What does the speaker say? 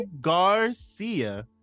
Garcia